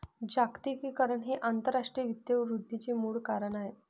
जागतिकीकरण हे आंतरराष्ट्रीय वित्त वृद्धीचे मूळ कारण आहे